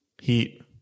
heat